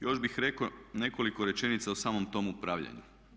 Još bih rekao nekoliko rečenica o samom tom upravljanju.